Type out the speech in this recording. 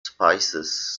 spices